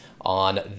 on